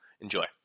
enjoy